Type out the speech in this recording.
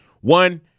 One